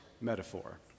metaphor